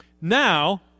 Now